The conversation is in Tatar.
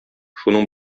шуның